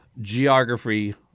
geography